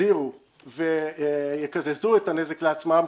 יחזירו ויקזזו את הנזק לעצמם,